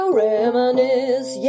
reminisce